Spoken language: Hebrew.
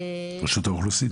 רשות האוכלוסין?